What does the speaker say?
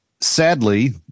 Sadly